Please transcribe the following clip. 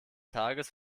tages